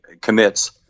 commits